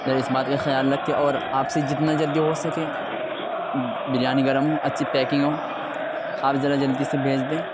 ذرا اس بات کا خیال رکھیں اور آپ سے جتنا جلدی ہو سکے بریانی گرم ہو اچّھی پیکنگ ہو آپ ذرا جلدی سے بھیج دیں